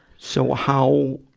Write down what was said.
so how,